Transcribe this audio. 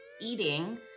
eating